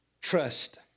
Trust